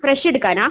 fresh എടുക്കാനാണോ